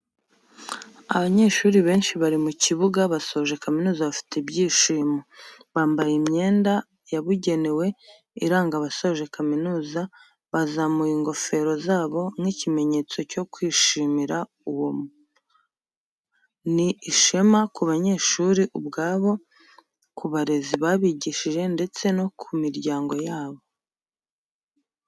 Abanyeshuri benshi bari mu kibuga basoje kaminuza bafite ibyishimo, bambaye imyenda yabugenewe iranga abasoje kaminuza bazamuye ingofero zabo nk'ikimenyetso cyo kwishimira uwo, ni ishema ku banyeshuri ubwabo, ku barezi babigishije ndetse no ku miryango yabo.